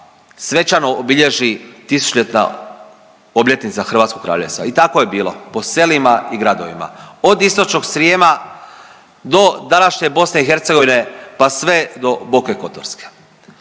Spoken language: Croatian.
svečano obilježi tisućljetna obljetnica hrvatskog kraljevstva. I tako je bilo, po selima i gradovima od istočnog Srijema do današnje Bosne i Hercegovine, pa sve do Boke Kotorske.